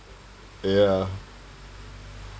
ya